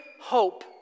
Hope